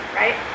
right